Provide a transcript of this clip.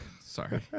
Sorry